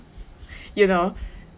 you know